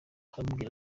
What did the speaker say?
aramubwira